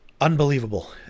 Unbelievable